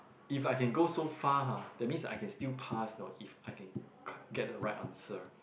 if I can go so far ha that means I can still pass you know if I can get get the right answer